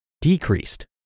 decreased